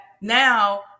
now